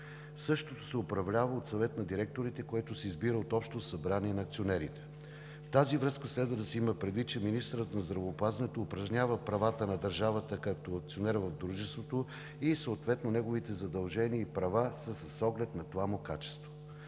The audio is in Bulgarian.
региона, управлява се от Съвет на директорите, който се избира от Общото събрание на акционерите. В тази връзка следва да се има предвид, че министърът на здравеопазването упражнява правата на държавата като акционер в дружеството, неговите права и задължения са съответно с оглед на това му качество.